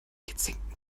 gezinkten